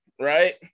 right